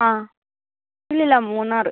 ആ ഇല്ലില്ല മൂന്നാർ